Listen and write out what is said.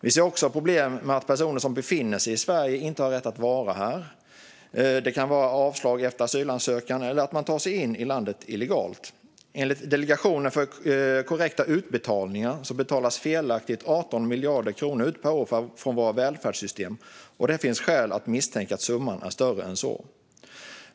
Vi ser också problem med att personer som befinner sig i Sverige inte har rätt att vara här. Det kan handla om avslag efter asylansökan eller att man tagit sig in i landet illegalt. Enligt Delegationen för korrekta utbetalningar betalas 18 miljarder kronor per år ut felaktigt från våra välfärdssystem, och det finns skäl att misstänka att summan är större än så.